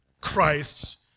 Christ